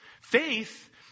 faith